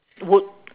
would